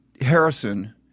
Harrison